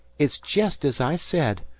it's jest as i said.